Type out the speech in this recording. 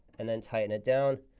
and then tighten it down.